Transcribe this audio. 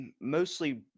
mostly